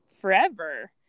forever